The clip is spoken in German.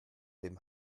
dem